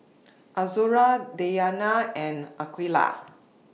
Azura Dayana and Aqeelah